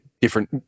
different